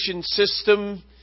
system